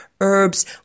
herbs